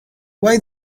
why